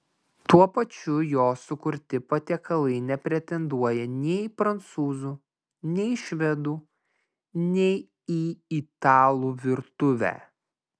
tuo pačiu jo sukurti patiekalai nepretenduoja nei į prancūzų nei į švedų nei į italų virtuvę